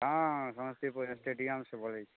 हँ हँ समस्तीपुर इस्टेडियम से बोलैत छियै